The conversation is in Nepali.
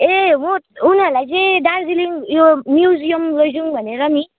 ए उनीहरूलाई चाहिँ दार्जिलिङ यो म्युजियम लैजाउँ भनेर नि